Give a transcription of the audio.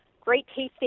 great-tasting